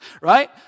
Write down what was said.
right